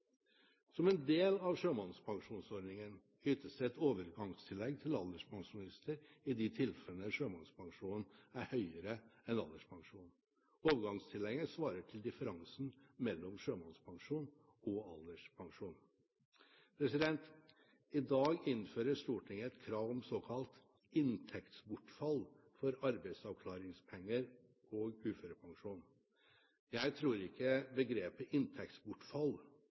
Som en del av sjømannspensjonsordningen ytes det et overgangstillegg til alderspensjonister i de tilfellene sjømannspensjonen er høyere enn alderspensjonen. Overgangstillegget svarer til differansen mellom sjømannspensjon og alderspensjon. I dag innfører Stortinget et krav om såkalt inntektsbortfall for arbeidsavklaringspenger og uførepensjon. Jeg tror ikke begrepet